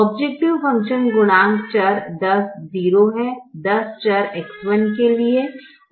objective function गुणांक चर 100 है 10 चर X1 के लिए और 0 चर X4 के लिए